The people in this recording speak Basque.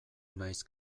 nahiz